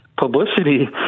publicity